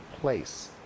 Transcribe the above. place